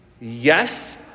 yes